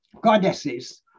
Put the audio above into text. goddesses